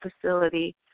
facility